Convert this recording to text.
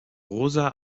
rosa